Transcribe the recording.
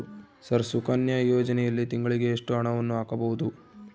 Sir Sukanya ಯೋಜನೆಯಲ್ಲಿ ತಿಂಗಳಿಗೆ ಎಷ್ಟು ಹಣವನ್ನು ಹಾಕಬಹುದು?